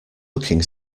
looking